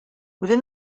within